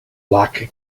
lac